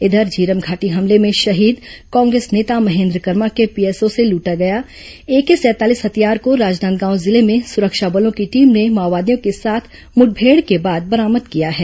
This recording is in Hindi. इधर झीरम घाटी हमले में शहीद कांग्रेस नेता महेन्द्र कर्मा के पीएसओ से लूटा गया एके सैंतालीस हथियार को राजनांदगांव जिले में सुरक्षा बलों की टीम ने माओवादियों के साथ मुठभेड़ के बाद बरामद किया है